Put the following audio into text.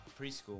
preschool